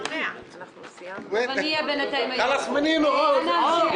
כתב שמאז כינונה של הכנסת,